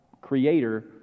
creator